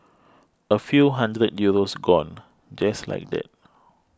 a few hundred Euros gone just like that